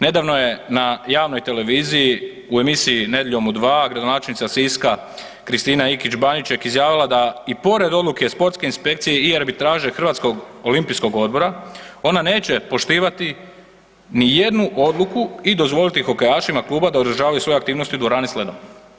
Nedavno je na javnoj televiziji u emisiji Nedjeljom u 2 gradonačelnica Siska Kristina Ikić Baniček izjavila da i pored odluke sportske inspekcije i arbitraže Hrvatskog olimpijskog odbora ona neće poštivati ni jednu odluku i dozvoliti hokejašima kluba da održavaju svoje aktivnosti u dvorani s ledom.